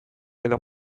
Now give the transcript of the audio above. edo